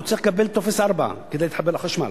הוא צריך לקבל טופס 4 כדי להתחבר לחשמל.